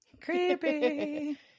Creepy